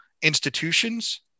institutions